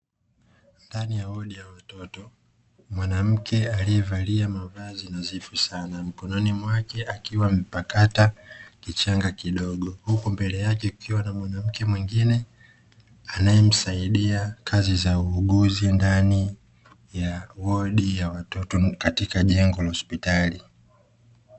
Ndani ya wodi ya watoto, mwanamke aliyevalia mavazi nadhifu sana, mkononi mwake akiwa amepakata kichanga kidogo huku mbele yake kukiwa na mwanamke mwingine anayemsaidia kazi za uuguzi ndani ya wodi ya watoto katika jengo la hospitali.